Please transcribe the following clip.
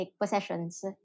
possessions